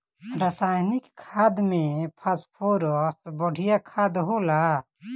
रासायनिक खाद में फॉस्फोरस बढ़िया खाद होला